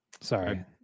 Sorry